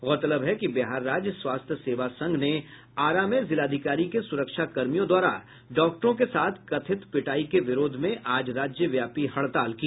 गौरतलब है कि बिहार राज्य स्वास्थ्य सेवा संघ ने आरा में जिलाधिकारी के सुरक्षा कर्मियों द्वारा डॉक्टरों के साथ कथित पिटाई के विरोध में आज राज्यव्यापी हड़ताल की